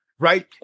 Right